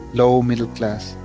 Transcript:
low middle class,